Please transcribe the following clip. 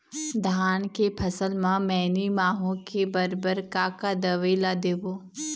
धान के फसल म मैनी माहो के बर बर का का दवई ला देबो?